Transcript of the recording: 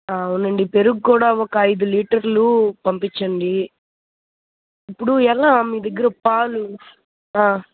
అవునండి పెరుగు కూడా ఒక ఐదు లీటర్లు పంపించండి ఇప్పుడు ఎలా మీ దగ్గర పాలు